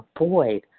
avoid